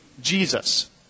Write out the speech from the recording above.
Jesus